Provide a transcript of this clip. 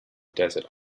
desert